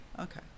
Okay